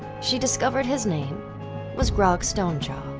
she discovered his name was grog strongjaw.